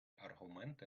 аргументи